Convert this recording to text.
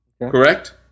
correct